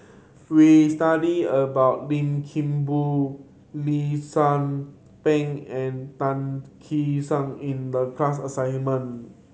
we studied about Lim Kim Boon Lee Tzu Pheng and Tan Kee Sek in the class assignment